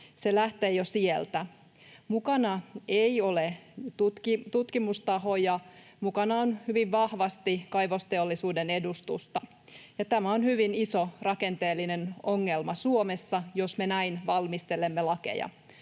Se lähtee jo sieltä. Mukana ei ole tutkimustahoja. Mukana on hyvin vahvasti kaivosteollisuuden edustusta. Tämä on hyvin iso rakenteellinen ongelma Suomessa, jos me näin valmistelemme lakeja,